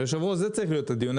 היושב-ראש, זה צריך להיות הדיון.